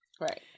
Right